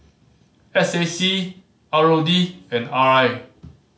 S A C R O D and R I